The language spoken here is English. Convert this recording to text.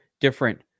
different